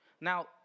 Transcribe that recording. Now